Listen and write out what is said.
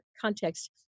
context